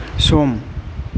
सम